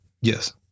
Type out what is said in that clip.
Yes